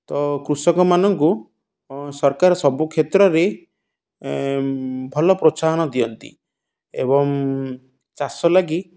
ତ କୃଷକମାନଙ୍କୁ ସରକାର ସବୁ କ୍ଷେତ୍ରରେ ଭଲ ପ୍ରୋତ୍ସାହନ ଦିଅନ୍ତି ଏବଂ ଚାଷ ଲାଗି